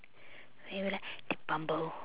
like that bumble